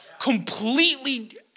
completely